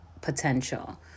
potential